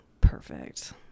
Perfect